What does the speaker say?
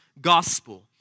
gospel